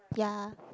ya